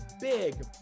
big